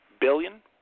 billion